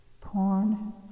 porn